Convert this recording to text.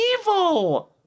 evil